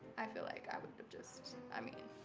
i feel like i would have just i mean